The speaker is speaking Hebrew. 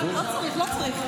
לא צריך.